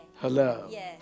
Hello